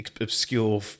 obscure